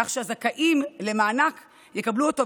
כך שהזכאים למענק יקבלו אותו,